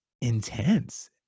intense